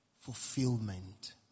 fulfillment